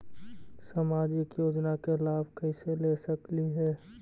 सामाजिक योजना के लाभ कैसे ले सकली हे?